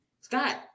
Scott